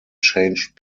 changed